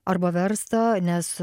arba versta nes